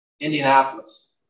Indianapolis